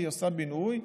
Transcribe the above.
היא עושה בינוי,